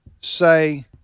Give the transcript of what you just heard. say